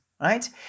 right